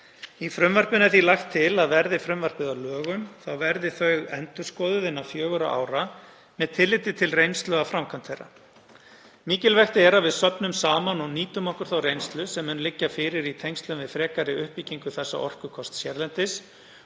Í frumvarpinu er því lagt til að verði frumvarpið að lögum þá verði þau endurskoðuð innan fjögurra ára með tilliti til reynslu af framkvæmd þeirra. Mikilvægt er að við söfnum saman og nýtum okkur þá reynslu sem mun liggja fyrir í tengslum við frekari uppbyggingu þessa orkukosts hérlendis